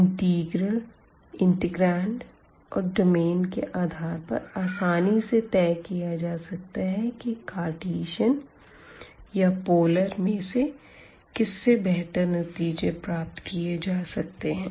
integral integrand और domain के आधार पर आसानी से तय किया जा सकता है की कार्टीजन या पोलर में से किस से बेहतर नतीजे प्राप्त किए जा सकते है